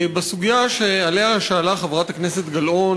בסוגיה שעליה שאלה חברת הכנסת גלאון,